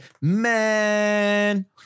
man